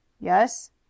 Yes